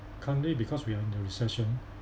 currently because we are in a recession